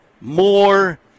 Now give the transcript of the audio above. more